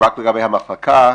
לגבי המחלקה